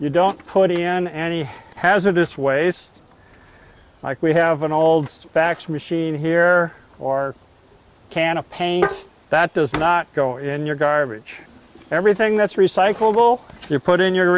you don't put in any hazardous waste like we have an old fax machine here or can of paint that does not go in your garbage everything that's recycled will you put in your